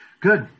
Good